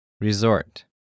Resort